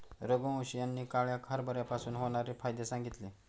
रघुवंश यांनी काळ्या हरभऱ्यापासून होणारे फायदे सांगितले